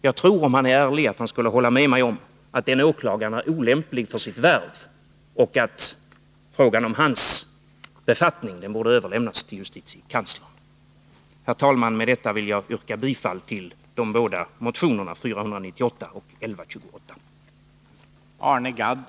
Jag tror att Bo Siegbahn, om han är ärlig, skulle hålla med mig om att denna åklagare vore olämplig för sitt värv och att frågan om hans befattning borde överlämnas till justitiekanslern. Herr talman! Med detta vill jag yrka bifall till de båda motionerna 498 och 1128.